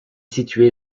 situé